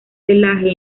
pelaje